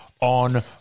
on